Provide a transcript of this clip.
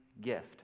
gift